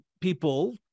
people